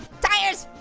tires!